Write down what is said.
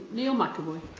neil mcevoy